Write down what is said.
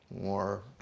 more